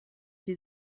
die